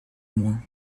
moins